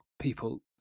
people